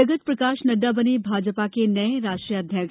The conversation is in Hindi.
जगत प्रकाश नड़्डा बने भाजपा के नये राष्ट्रीय अध्यक्ष